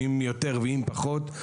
אם יותר ואם פחות,